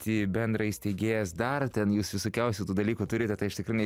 bendraįsteigėjas dar ten jūs visokiausių tų dalykų turite tai aš tikrai